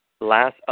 last